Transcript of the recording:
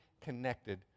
connected